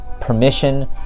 permission